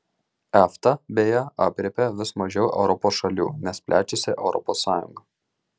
efta beje aprėpia vis mažiau europos šalių nes plečiasi europos sąjunga